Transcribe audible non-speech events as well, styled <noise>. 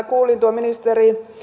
<unintelligible> kuulin tuon ministeri